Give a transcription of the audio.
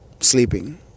sleeping